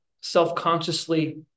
self-consciously